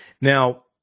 Now